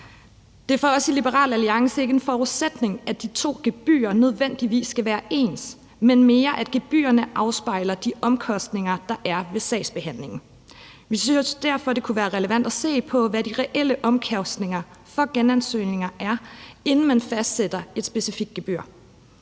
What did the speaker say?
Det er for os i Liberal Alliance ikke en forudsætning, at de to gebyrer nødvendigvis skal være ens, men mere, at gebyrerne afspejler de omkostninger, der er ved sagsbehandlingen. Vi synes derfor, det kunne være relevant at se på, hvad de reelle omkostninger for genansøgninger er, inden man fastsætter et specifikt gebyr.